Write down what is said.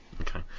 Okay